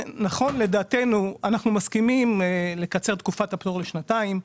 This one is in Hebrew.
אנחנו מסכימים לקצר את תקופת הפטור לשנתיים,